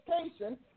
education